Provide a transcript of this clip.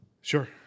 Sure